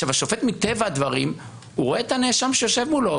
השופט מטבע הדברים רואה את הנאשם שיושב מולו,